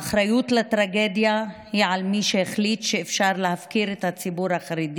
האחריות לטרגדיה היא על מי שהחליט שאפשר להפקיר את הציבור החרדי